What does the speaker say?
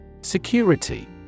Security